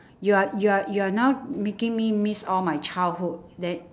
you're you're you're now making me miss all my childhood that